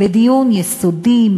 לדיון יסודי,